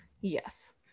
Yes